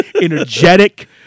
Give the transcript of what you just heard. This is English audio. energetic